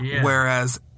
whereas